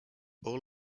all